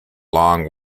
long